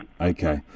Okay